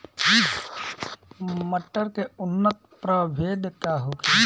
मटर के उन्नत प्रभेद का होखे?